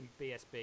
BSB